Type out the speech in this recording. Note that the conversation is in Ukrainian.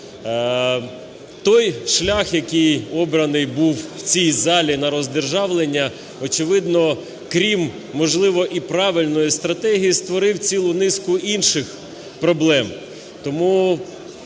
Той шлях, який обраний був в цій залі на роздержавлення, очевидно, крім, можливо, і правильної стратегії, створив цілу низку інших проблем.